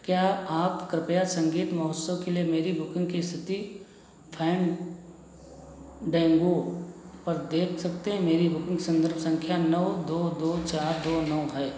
क्या आप कृपया सँगीत महोत्सव के लिए मेरी बुकिन्ग की इस्थिति फनडान्गो पर देख सकते हैं मेरी बुकिन्ग सन्दर्भ सँख्या नौ दो दो चार दो नौ है